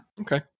Okay